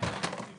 הבנתן את מטרת